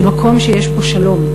זה מקום שיש בו שלום,